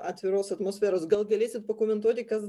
atviros atmosferos gal galėsit pakomentuoti kas